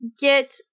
get